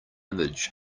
image